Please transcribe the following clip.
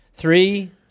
Three